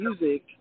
music